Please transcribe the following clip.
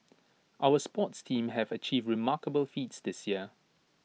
our sports teams have achieved remarkable feats this year